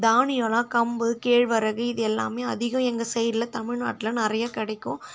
தானியலாம் கம்பு கேழ்வரகு இது எல்லாமே அதிகம் எங்கள் சைட்டில் தமிழ்நாட்டில் நிறையா கிடைக்கும்